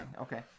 Okay